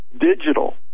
digital